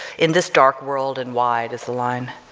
in this dark world and wide is the line,